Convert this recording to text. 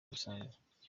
busanzwe